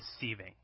deceiving